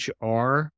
HR